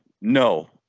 no